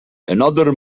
another